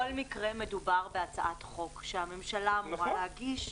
בכל מקרה, מדובר בהצעת חוק שהממשלה אמורה להגיש.